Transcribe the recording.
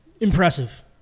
impressive